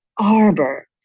arbor